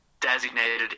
designated